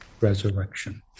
resurrection